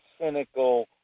cynical